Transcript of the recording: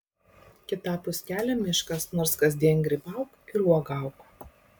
kitapus kelio miškas nors kasdien grybauk ir uogauk